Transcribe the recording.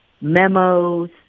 memos